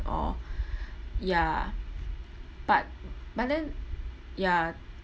or ya but but then ya